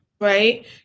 right